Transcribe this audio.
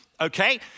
okay